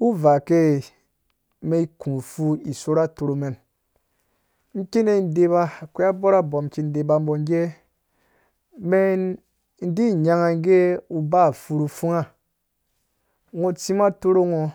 Uvaa ikei, umen kũ ufu kũ sorh atorhamɛn kina ideba akwei aborhabo mi ki deba nge mɛndi nyanga gɛ ba ufu nu pfunga, ngo tsim atorhango